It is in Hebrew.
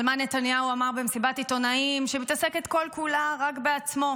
על מה נתניהו אמר במסיבת עיתונאים שמתעסקת כל-כולה רק בעצמו.